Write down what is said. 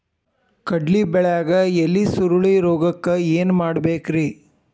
ಕಡ್ಲಿ ಬೆಳಿಯಾಗ ಎಲಿ ಸುರುಳಿರೋಗಕ್ಕ ಏನ್ ಮಾಡಬೇಕ್ರಿ?